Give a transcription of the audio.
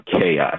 chaos